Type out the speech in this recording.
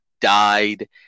died